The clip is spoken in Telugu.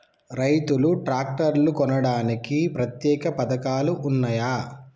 రైతులు ట్రాక్టర్లు కొనడానికి ప్రత్యేక పథకాలు ఉన్నయా?